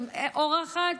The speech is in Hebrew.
אורחת